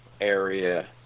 area